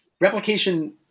replication